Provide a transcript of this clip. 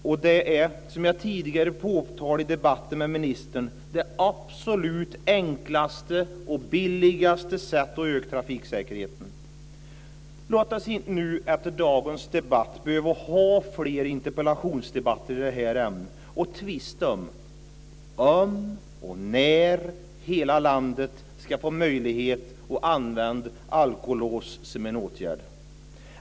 Och det är, som jag tidigare påpekat i debatter med ministern, det absolut enklaste och billigaste sättet att öka trafiksäkerheten. Låt oss inte nu efter dagens debatt behöva ha fler interpellationsdebatter i det här ämnet och tvista om och när hela landet ska få möjlighet att använda alkolås som en åtgärd.